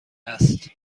است